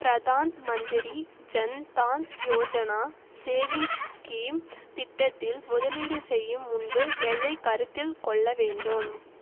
Pradhan Mantri Jan Dhan Yojana savings scheme திட்டத்தில் முதலீடு செய்யும் முன்பு எதைக் கருத்தில் கொள்ள வேண்டும்